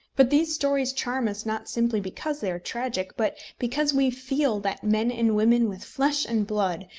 but these stories charm us not simply because they are tragic, but because we feel that men and women with flesh and blood,